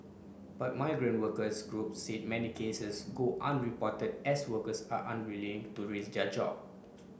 but migrant workers groups said many cases go unreported as workers are unwilling to risk their job